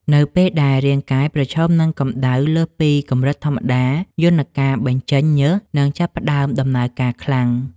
នៅពេលដែលរាងកាយប្រឈមនឹងកម្ដៅលើសពីកម្រិតធម្មតា យន្តការបញ្ចេញញើសនឹងចាប់ផ្តើមដំណើរការខ្លាំង។